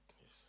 Yes